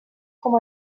com